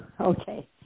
okay